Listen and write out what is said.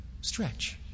Stretch